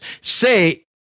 say